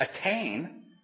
attain